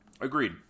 Agreed